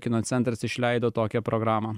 kino centras išleido tokią programą